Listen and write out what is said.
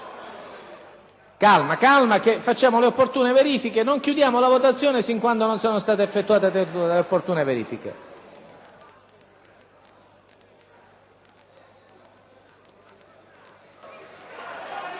Calma, colleghi. Facciamo le opportune verifiche e non chiudiamo la votazione fin quando non sono stati effettuati gli opportuni controlli.